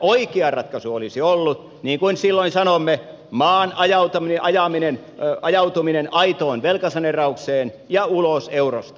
oikea ratkaisu olisi ollut niin kuin silloin sanoimme maan ajautuminen aitoon velkasaneeraukseen ja ulos eurosta